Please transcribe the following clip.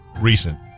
recent